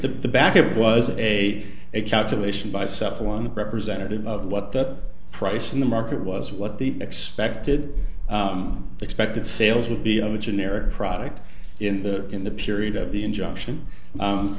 the backup was a calculation by self one representative of what that price in the market was what the expected expected sales would be of a generic product in the in the period of the injunction